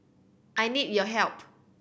I need your help